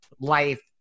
life